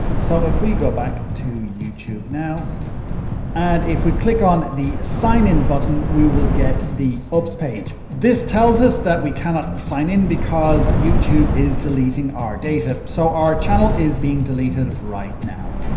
so if we go back to youtube now and if we click on the sign in button we will get the oops page. this tells us that we cannot sign in because youtube is deleting our data. so, our channel is being deleted right now.